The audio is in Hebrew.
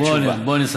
יאללה, בוא נסכם.